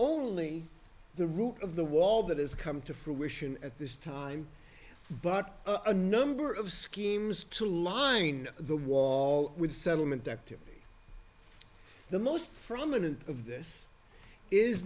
only the route of the wall that has come to fruition at this time but a number of schemes to line the wall with settlement activity the most prominent of this is